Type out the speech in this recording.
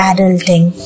Adulting